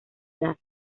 edad